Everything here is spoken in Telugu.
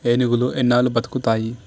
ఏనుగులు ఎన్నాళ్ళు బ్రతుకుతాయి